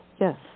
yes